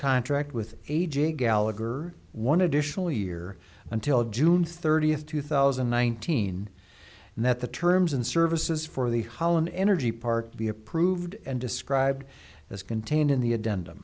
contract with a j gallagher one additional year until june thirtieth two thousand and nineteen that the terms and services for the holland energy park be approved and described as contained in the a